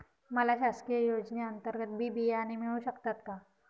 मला शासकीय योजने अंतर्गत बी बियाणे मिळू शकतात का?